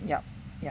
yup yup